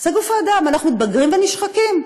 זה גוף האדם, אנחנו מתבגרים ונשחקים,